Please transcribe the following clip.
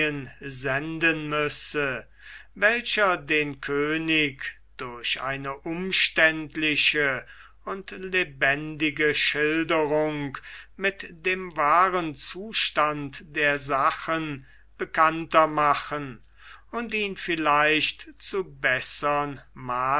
müsse welcher den könig durch eine umständliche und lebendige schilderung mit dem wahren zustand der sachen bekannter machen und ihn vielleicht zu bessern